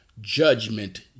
judgment